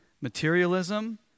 Materialism